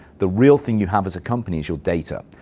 the real thing you have as a company is your data.